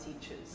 teachers